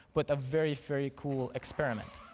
but a very very cool experiment.